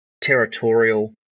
territorial